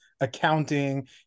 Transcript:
accounting